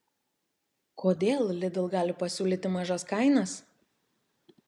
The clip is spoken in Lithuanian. kodėl lidl gali pasiūlyti mažas kainas